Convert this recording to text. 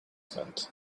meant